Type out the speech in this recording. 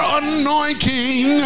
anointing